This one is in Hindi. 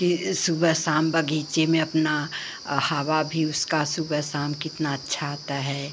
कि सुबह शाम बगीचे में अपना हवा भी उसकी सुबह शाम कितनी अच्छी आती है